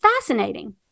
fascinating